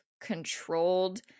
controlled